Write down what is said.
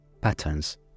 patterns